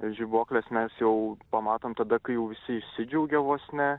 žibuokles mes jau pamatom tada kai jau visi išsidžiaugia vos ne